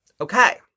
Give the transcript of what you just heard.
Okay